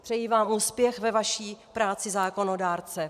Přeji vám úspěch ve vaší práci zákonodárce.